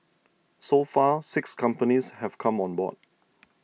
so far six companies have come on board